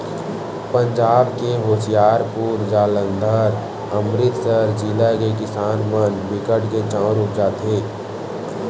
पंजाब के होसियारपुर, जालंधर, अमरितसर जिला के किसान मन बिकट के चाँउर उपजाथें